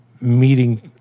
meeting